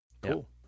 Cool